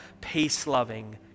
peace-loving